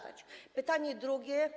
Pytanie drugie.